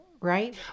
Right